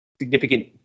significant